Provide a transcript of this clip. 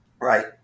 right